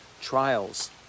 trials